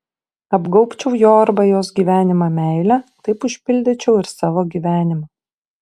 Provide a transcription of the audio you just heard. apgaubčiau jo arba jos gyvenimą meile taip užpildyčiau ir savo gyvenimą